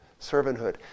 servanthood